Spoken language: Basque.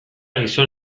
gizon